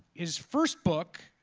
his first book,